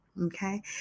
Okay